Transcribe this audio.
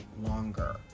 longer